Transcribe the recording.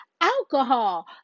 alcohol